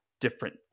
different